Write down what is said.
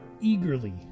eagerly